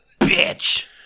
bitch